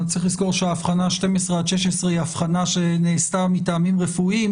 צריך לזכור שההבחנה 12 עד 16 היא הבחנה שנעשתה מטעמים רפואיים,